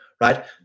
Right